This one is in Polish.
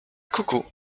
kuku